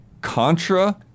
Contra